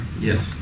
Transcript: Yes